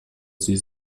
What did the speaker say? sie